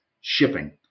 shipping